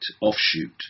offshoot